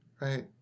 Right